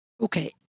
Okay